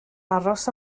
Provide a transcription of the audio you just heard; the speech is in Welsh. aros